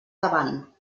davant